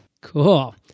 Cool